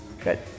good